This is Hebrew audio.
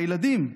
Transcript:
מהילדים,